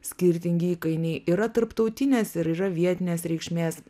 skirtingi įkainiai yra tarptautinės ir yra vietinės reikšmės